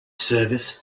service